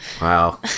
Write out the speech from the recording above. Wow